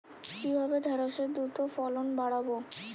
কিভাবে ঢেঁড়সের দ্রুত ফলন বাড়াব?